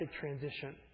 transition